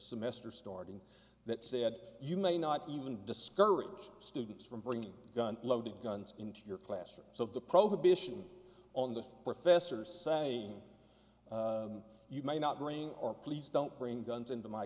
semester starting that said you may not even discourage students from bringing guns loaded guns into your classroom so the probation on the professor say you may not bring or please don't bring guns into my